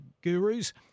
gurus